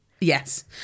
Yes